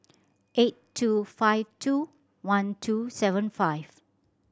eight two five two one two seven five